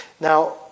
Now